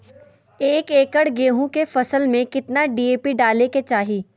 एक एकड़ गेहूं के फसल में कितना डी.ए.पी डाले के चाहि?